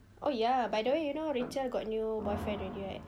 oh ya by the way you know rachel got new boyfriend already right